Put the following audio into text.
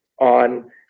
on